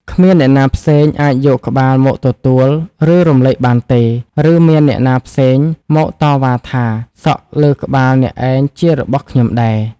គ្មានអ្នកណាផ្សេងអាចយកក្បាលមកទទួល ឬរំលែកបានទេ ឬមានអ្នកណាផ្សេងមកតវ៉ាថា សក់លើក្បាលអ្នកឯងជារបស់ខ្ញុំដែរ ។